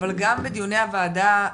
אבל גם בדיוני הועדה,